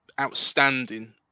outstanding